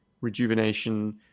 rejuvenation